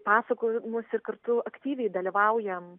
pasakojimus ir kartu aktyviai dalyvaujam